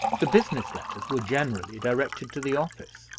the business letters were generally directed to the office.